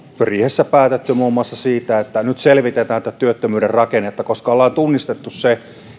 riihessä päättäneet muun muassa siitä että nyt selvitetään tämän työttömyyden rakennetta koska ollaan tunnistettu se